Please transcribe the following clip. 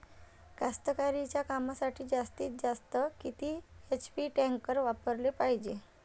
कास्तकारीच्या कामासाठी जास्तीत जास्त किती एच.पी टॅक्टर वापराले पायजे?